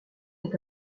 est